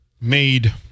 made